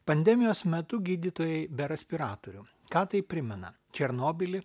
pandemijos metu gydytojai be raspiratorių ką tai primena černobylį